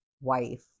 wife